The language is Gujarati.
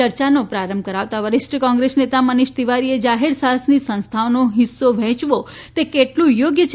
ચર્ચાનો પ્રારંભ કરાવતાં વિરીષ્ટ કોગ્રેંસ નેતા મનીષ તિવારીએ જાહેર સાહસની સંસ્થાઓનો હિસ્સો વહેચવો તે કેટલું યોગ્ય છે